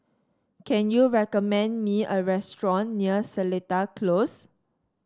can you recommend me a restaurant near Seletar Close